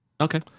Okay